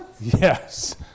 Yes